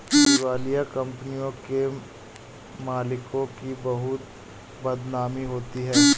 दिवालिया कंपनियों के मालिकों की बहुत बदनामी होती है